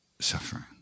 suffering